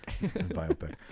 Biopic